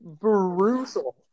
brutal